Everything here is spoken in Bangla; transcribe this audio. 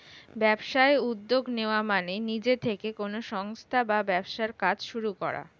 ব্যবসায় উদ্যোগ নেওয়া মানে নিজে থেকে কোনো সংস্থা বা ব্যবসার কাজ শুরু করা